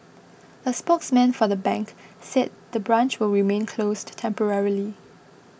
a spokesman for the bank said the branch will remain closed to temporarily